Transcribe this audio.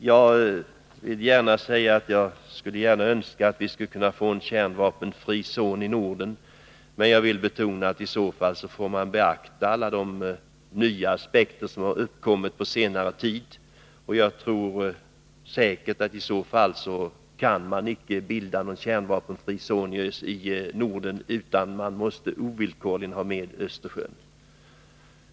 Jag skulle gärna vilja att vi kunde få en kärnvapenfri zon i Norden, men jag vill betona att i så fall får man beakta också de nya aspekter som har uppkommit på senare tid. I så fall kan man knappast bilda en kärnvapenfri zoni Norden utan att ha med Östersjön.